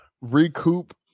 recoup